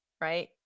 right